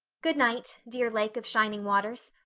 good night, dear lake of shining waters.